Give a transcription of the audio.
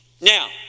Now